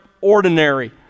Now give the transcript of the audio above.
ordinary